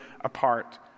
apart